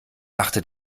dachte